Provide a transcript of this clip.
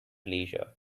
leisure